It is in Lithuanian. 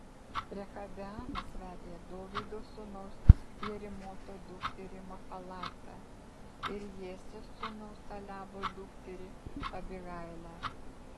rehabeamas vedė dovydo sūnaus jerimoto dukterį mahalatą ir jesės sūnaus eliabo dukterį abihailę